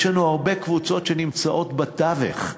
יש לנו הרבה קבוצות שנמצאות בתווך,